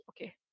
okay